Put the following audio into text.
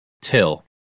till